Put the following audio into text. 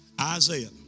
Isaiah